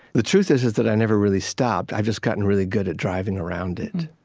the truth is is that i never really stopped. i've just gotten really good at driving around it.